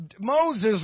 Moses